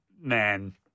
man